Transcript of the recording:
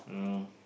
um